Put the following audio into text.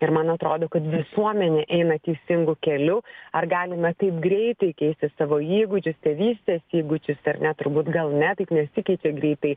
ir man atrodo kad visuomenė eina teisingu keliu ar galime taip greitai keisti savo įgūdžius tėvystės įgūdžius ar ne turbūt gal ne taip nesikeičia greitai